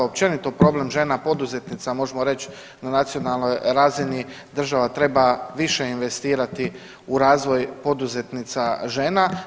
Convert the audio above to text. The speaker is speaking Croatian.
Općenito problem žena poduzetnica možemo reći na nacionalnoj razini država treba više investirati u razvoj poduzetnica žena.